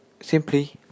simply